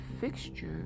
fixture